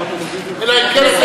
אני אומר